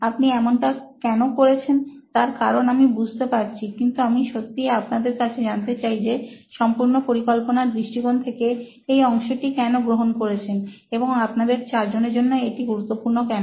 আপনি এমনটা কেন করেছেন তার কারণ আমি বুঝতে পারছি কিন্তু আমি সত্যিই আপনাদের কাছে জানতে চাই যে সম্পূর্ণ পরিকল্পনার দৃষ্টিকোণ থেকে এই অংশটি কেন গ্রহণ করেছেন এবং আপনাদের চারজনের জন্য এটি গুরুত্বপূর্ণ কেন